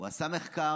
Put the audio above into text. הוא עשה מחקר